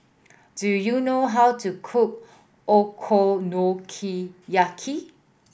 do you know how to cook Okonomiyaki